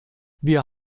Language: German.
wir